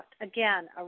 Again